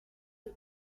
you